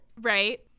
Right